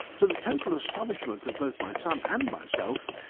to the total astonishment of both my son and myself,